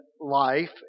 life